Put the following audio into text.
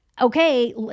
Okay